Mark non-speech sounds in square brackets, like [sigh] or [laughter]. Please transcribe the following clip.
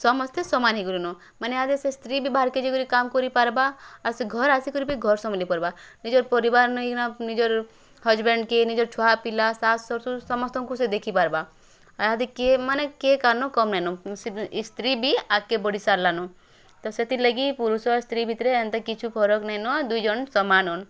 ସମସ୍ତେ ସମାନ ହୋଇଗଲେନ ମାନେ ଆଗେ ସେ ସ୍ତ୍ରୀ ବି ବାହାର୍କେ ଯାଇକରି କାମ କରିପାର୍ବା ଆଉ ସେ ଘର ଆସିକରି ବି ଘର୍ ସମ୍ଭଲି ପାର୍ବା ନିଜର୍ ପରିବାର୍ ନେଇକିନା ନିଜର୍ ହଜେବେଣ୍ଡକେ ନିଜର ଛୁଆ ପିଲା ଶାଶ୍ ଶଶୁର୍ ସମସ୍ତଙ୍କୁ ସେ ଦେଖିପାର୍ବା ଇହାଦେ କିଏ ମାନେ କିଏ କାର୍ନୁ କମ୍ ନେଇଁନ [unintelligible] ସ୍ତ୍ରୀ ବି ଆଗକେ ବଢ଼ି ସାର୍ଲାନ ତ ସେଥିର୍ଲାଗି ପୁରୁଷ ସ୍ତ୍ରୀ ଭିତରେ ଏନ୍ତା କିଛୁ ଫରକ୍ ନେଇଁନ ଦୁଇଜଣ ସମାନ୍ ନ